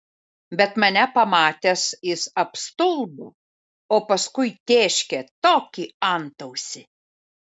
bet mane pamatęs jis apstulbo o paskui tėškė tokį antausį